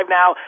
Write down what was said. now